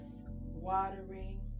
watering